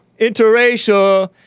Interracial